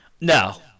No